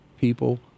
people